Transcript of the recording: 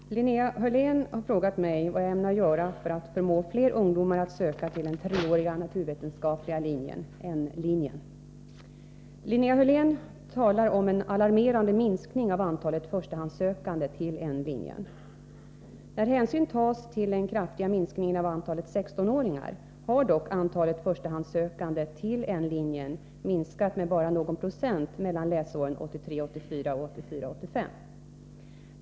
Herr talman! Linnea Hörlén har frågat mig vad jag ämnar göra för att förmå fler ungdomar att söka till den treåriga naturvetenskapliga linjen . Linnéa Hörlén talar om en alarmerande minskning av antalet förstahandssökande till N-linjen. När hänsyn tas till den kraftiga minskningen av antalet 16-åringar har dock antalet förstahandssökande till N-linjen minskat med bara någon procent mellan läsåren 1983 85.